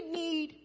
need